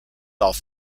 off